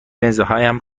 لنزهایم